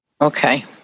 Okay